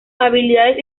habilidades